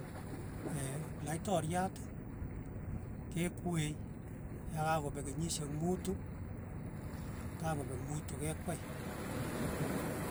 Ee laitoryat kekwee yakakopek kenyishek mutu, ta kopek mutu kekwei.